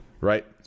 Right